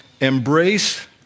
Embrace